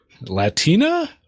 Latina